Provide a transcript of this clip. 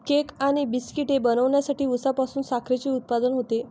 cake आणि बिस्किटे बनवण्यासाठी उसापासून साखरेचे उत्पादन होते